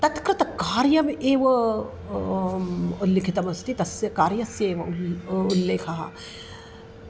तत्कृतकार्यम् एव लिखितमस्ति तस्य कार्यस्य एव उल् उल्लेखः